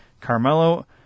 Carmelo